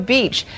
Beach